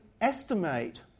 estimate